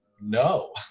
no